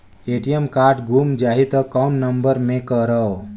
ATM card गुम जाही त कौन नम्बर मे करव?